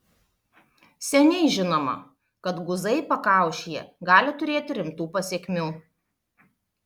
seniai žinoma kad guzai pakaušyje gali turėti rimtų pasekmių